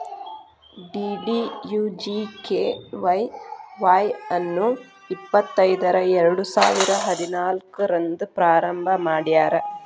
DDUGKY Y ಅನ್ನು ಇಪ್ಪತೈದರ ಎರಡುಸಾವಿರ ಹದಿನಾಲ್ಕು ರಂದ್ ಪ್ರಾರಂಭ ಮಾಡ್ಯಾರ್